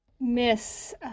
miss